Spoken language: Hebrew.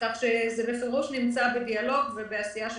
כך שזה בפירוש נמצא בדיאלוג ובעשייה של